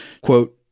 quote